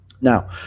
Now